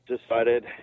decided